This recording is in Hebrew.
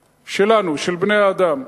שלנו, של בני-האדם.